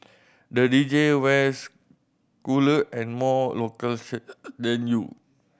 the D J wears cooler and more local shirt than you